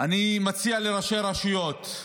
אני מציע לראשי הרשויות: